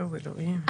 יואו, אלוהים.